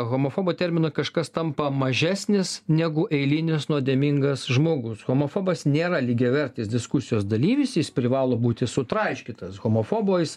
homofobo terminą kažkas tampa mažesnis negu eilinis nuodėmingas žmogus homofobas nėra lygiavertis diskusijos dalyvis jis privalo būti sutraiškytas homofobais